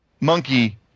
monkey